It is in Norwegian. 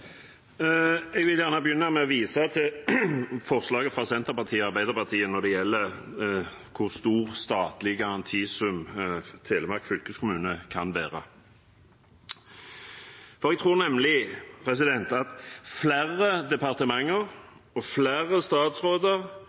Jeg vil gjerne begynne med å vise til forslaget fra Senterpartiet og Arbeiderpartiet om hvor stor statlig garantisum Telemark fylkeskommune kan bære, for jeg tror nemlig at flere departementer, flere statsråder